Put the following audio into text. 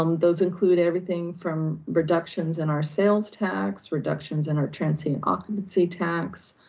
um those include everything from reductions in our sales tax, reductions in our transient occupancy tax